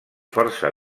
força